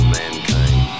mankind